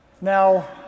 now